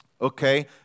okay